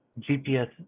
GPS